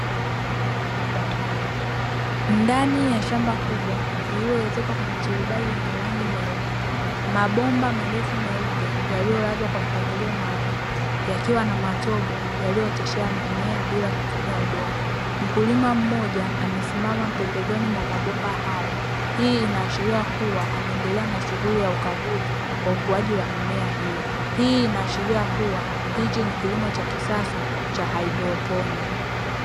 Ndani ya shamba kubwa lililoezekwa kwa maturubai yenye rangi nyeupe, mabomba marefu meupe yaliyolazwa kwa mpangilio maalumu yakiwa na matobo yaliyoteshea mimea bila kutumia udongo. Mkulima mmoja amesimama pembezoni mwa mambomba hayo. Hii inaashiria kuwa anaendelea na shughuli ya ukaguzi wa ukuaji wa mimea hiyo. Hii inaashiria kuwa hichi ni kilimo cha kisasa cha haidroponi.